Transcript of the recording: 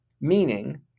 Meaning